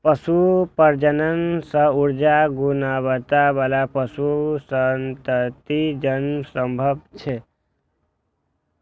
पशु प्रजनन सं उच्च गुणवत्ता बला पशु संततिक जन्म संभव छै